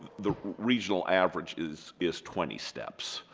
the regional average is is twenty steps